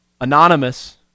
anonymous